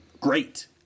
great